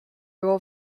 rural